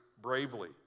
bravely